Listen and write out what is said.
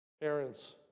parents